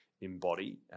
embody